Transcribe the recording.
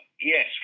yes